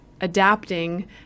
adapting